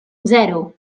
zero